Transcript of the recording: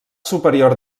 superior